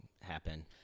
happen